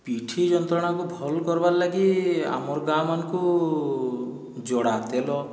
ପିଠି ଜନ୍ତ୍ରଣାକୁ ଭଲ୍ କର୍ବାର୍ ଲାଗି ଆମର ଗାଁ ମାନଙ୍କୁ ଜଡ଼ା ତେଲ